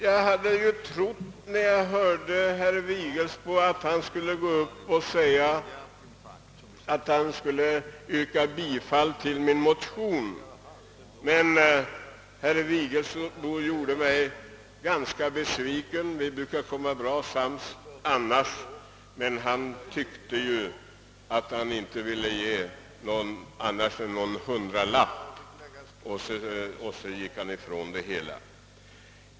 Jag hade ju trott, när jag hörde herr Vigelsbo, att han skulle yrka bifall till min motion, men han gjorde mig ganska besviken. Vi brukar annars komma bra sams, men nu tyckte han att han inte ville ge annat än någon hundralapp och så gick han ifrån det hela.